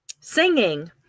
singing